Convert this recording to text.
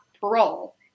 parole